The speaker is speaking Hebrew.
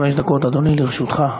חמש דקות, אדוני, לרשותך.